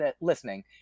listening